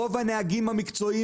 רוב הנהגים המקצועיים,